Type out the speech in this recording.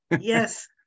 Yes